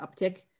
uptick